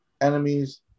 enemies